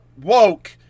Woke